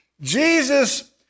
Jesus